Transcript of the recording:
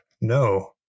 No